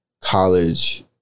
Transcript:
college